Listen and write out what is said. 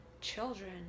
children